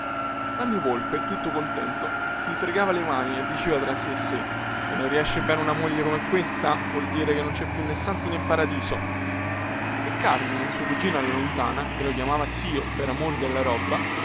nanni volpe tutto contento si fregava le mani e diceva fra sè e sè se non riesce bene una moglie come questa vuol dire che non cè più nè santi nè paradiso e carmine suo cugino alla lontana che lo chiamava zio per amor della roba